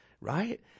right